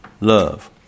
Love